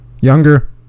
Younger